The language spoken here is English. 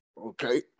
Okay